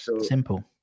simple